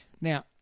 Now